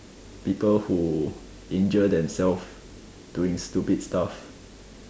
people who injure themself doing stupid stuff